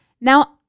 Now